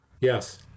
Yes